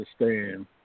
understand